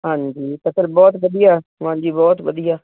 ਹਾਂਜੀ ਤਾਂ ਫਿਰ ਬਹੁਤ ਵਧੀਆ ਹਾਂਜੀ ਬਹੁਤ ਵਧੀਆ